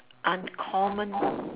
uncommon